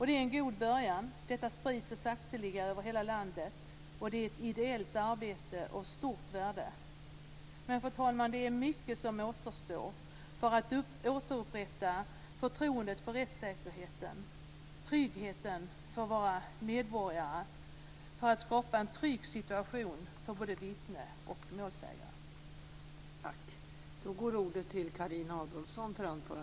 Det är en god början. Detta sprids så sakteliga över hela landet. Det är ideellt arbete av stort värde. Men, fru talman, det är mycket som återstår för att återupprätta förtroendet för rättssäkerheten och tryggheten för våra medborgare och för att skapa en trygg situation för både vittne och målsägare.